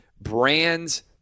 Brands